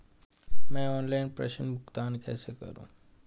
मैं ऑनलाइन प्रेषण भुगतान कैसे करूँ?